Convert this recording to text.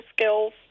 skills